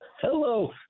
Hello